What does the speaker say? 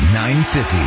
950